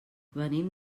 venim